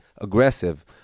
aggressive